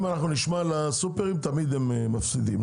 אם אנחנו נשמע לסופרים אז תמיד נשמע שהם מפסידים.